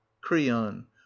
creon